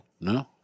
No